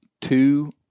two